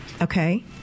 Okay